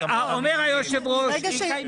אומר היושב-ראש תקיימו דיון על זה.